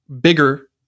bigger